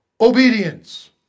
obedience